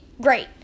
great